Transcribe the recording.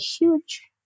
huge